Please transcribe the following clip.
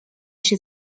się